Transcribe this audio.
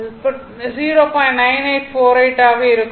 9848 ஆக இருக்கும்